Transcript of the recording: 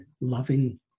loving